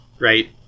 right